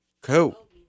Cool